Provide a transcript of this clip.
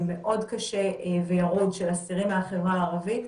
מאוד קשה וירוד של האסירים מהחברה הערבית.